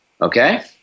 Okay